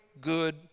good